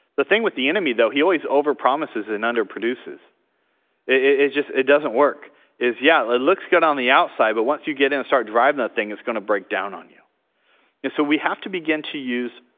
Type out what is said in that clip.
the thing with the enemy though he always over promises and under produces it just it doesn't work is yeah it looks good on the outside but once you get in and start driving the thing it's gonna break down on you and so we have to begin to use